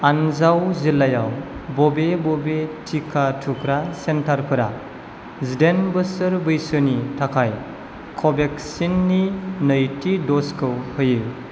आन्जाउ जिल्लायाव बबे बबे टिका थुग्रा सेन्टारफोरा जिदाइन बोसोर बैसोनि थाखाय कवेक्सिननि नैथि द'जखौ होयो